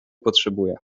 potrzebuję